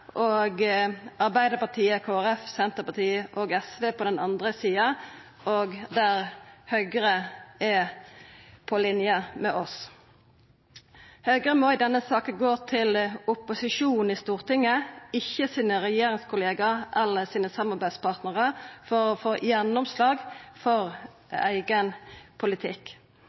og Arbeidarpartiet, Kristeleg Folkeparti, Senterpartiet og Sosialistisk Venstreparti på den andre sida, og der Høgre er på linje med oss. Høgre må i denne saka gå til opposisjonen i Stortinget, ikkje til sine regjeringskollegaer eller samarbeidspartnarar, for å få gjennomslag for eigen politikk.